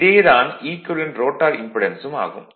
இதே தான் equivalent rotor impedance ம் ஆகும்